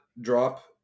Drop